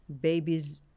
babies